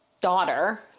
daughter